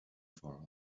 for